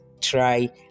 Try